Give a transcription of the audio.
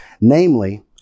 namely